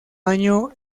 año